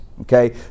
okay